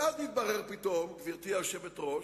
ואז מתברר פתאום, גברתי היושבת-ראש,